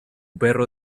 perro